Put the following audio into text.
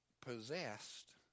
possessed